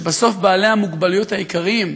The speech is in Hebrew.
שבסוף בעלי המוגבלות העיקריים,